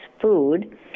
food